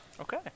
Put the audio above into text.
Okay